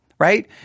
Right